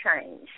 change